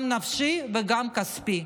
גם נפשי וגם כספי.